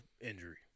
injury